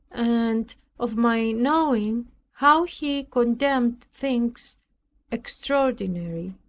and of my knowing how he condemned things extraordinary,